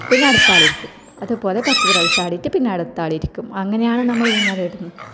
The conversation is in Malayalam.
പിന്നെ അടുത്ത ആൾ ഇരിക്കും അതുപോലെ പത്ത് പ്രാവശ്യം ആടിയിട്ട് പിന്ന അടുത്താളിരിക്കും അങ്ങനെയാണ് നമ്മൾ ഊഞ്ഞാൽ കെട്ടുന്നത്